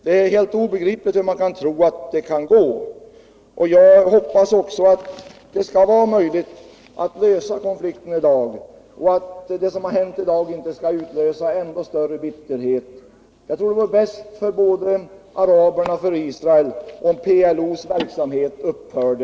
Det är helt obegripligt hur man kan tro att någonting sådant skall kunna lyckas. Jag hoppas att det skall vara möjligt att lösa konflikten och att det som hänt i dag inte skall skapa ännu större bitterhet. Det vore nog bäst såväl för araberna som för israelerna om PLO:s verksamhet upphörde.